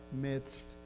midst